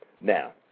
Now